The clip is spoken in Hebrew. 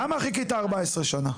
למה חיכית 14 שנה?